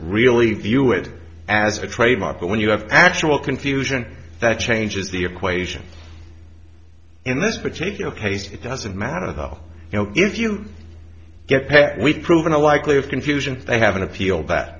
really view it as a trademark but when you have actual confusion that changes the equation in this particular case it doesn't matter though you know if you get pat with proving a likely of confusion they have an appeal that